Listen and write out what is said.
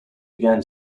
began